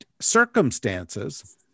circumstances